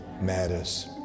Matters